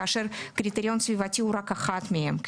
כאשר הקריטריון הסביבתי הוא רק אחד מהם.